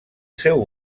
seu